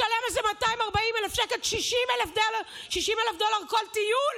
לשלם איזה 240,000 שקל, 60,000 דולר לכל טיול.